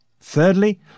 Thirdly